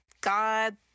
god